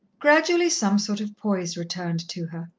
gradually some sort of poise returned to her.